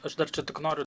aš dar čia tik noriu